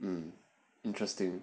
mmhmm interesting